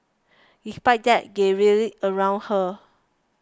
despite that they rallied around her